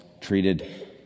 treated